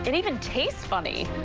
and even tastes funny.